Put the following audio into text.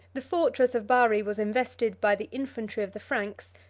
the fortress of bari was invested by the infantry of the franks,